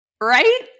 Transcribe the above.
Right